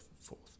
forth